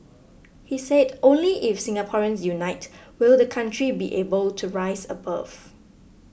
he said only if Singaporeans unite will the country be able to rise above